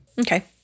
Okay